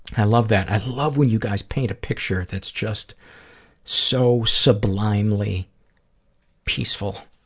i love that. i love when you guys paint a picture that's just so sublimely peaceful.